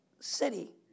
city